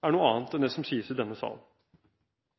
er noe annet enn